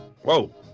Whoa